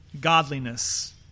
godliness